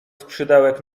skrzydełek